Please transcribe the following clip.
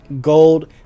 gold